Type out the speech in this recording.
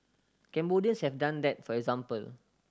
Cambodians have done that for example